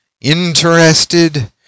interested